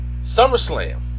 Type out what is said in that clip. SummerSlam